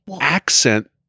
accent